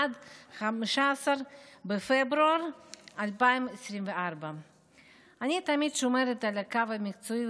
עד 15 בפברואר 2024. אני תמיד שומרת על הקו המקצועי,